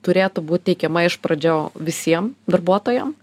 turėtų būt teikiama iš pradžių visiem darbuotojam